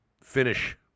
finish